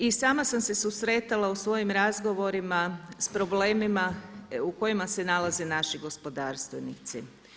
I sama sam se susretala u svojim razgovorima s problemima u kojima se nalaze naši gospodarstvenici.